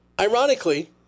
Ironically